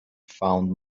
found